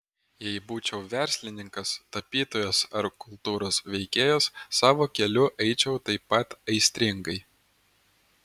jei būčiau verslininkas tapytojas ar kultūros veikėjas savo keliu eičiau taip pat aistringai